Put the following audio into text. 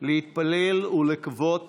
להתפלל ולקוות